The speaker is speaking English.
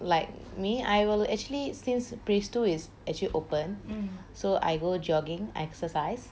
like me I will actually since phase two is actually open so I go jogging exercise